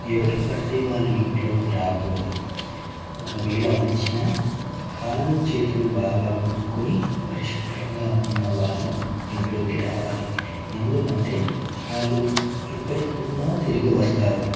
ఎవరు పడితే వాళ్ళు ఇంట్లోకి రాకూడదు ఒకవేళ వచ్చినా కాళ్ళు చేతులు బాగా కడుక్కుని పరిశుభ్రంగా ఉన్నవాళ్ళు ఇంట్లోకి రావాలి ఎందుకంటే వాళ్ళు ఎక్కడెక్కడో తిరిగి వస్తారు